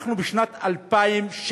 אנחנו בשנת 2016,